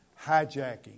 hijacking